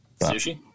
Sushi